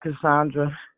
Cassandra